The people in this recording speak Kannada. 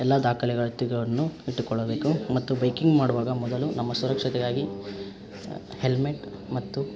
ಎಲ್ಲ ದಾಖಲಾತಿಗಳನ್ನು ಇಟ್ಟುಕೊಳ್ಳಬೇಕು ಮತ್ತು ಬೈಕಿಂಗ್ ಮಾಡುವಾಗ ಮೊದಲು ನಮ್ಮ ಸುರಕ್ಷತೆಗಾಗಿ ಹೆಲ್ಮೆಟ್ ಮತ್ತು